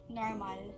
normal